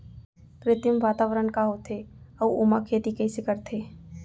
कृत्रिम वातावरण का होथे, अऊ ओमा खेती कइसे करथे?